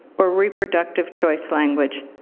or reproductive choice language,